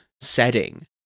setting